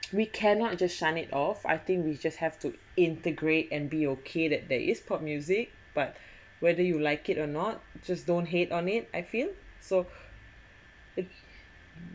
we cannot just shunned it off I think we just have to integrate and be okay there is pop music but whether you like it or not just don't hate on it I feel so